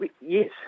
Yes